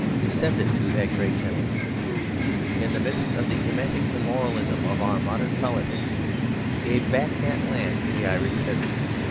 descended to that great gentleman, who in the midst of the emetic immoralism of our modern politics gave back that land to the irish peasantry.